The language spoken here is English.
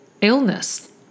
illness